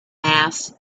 mass